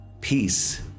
Peace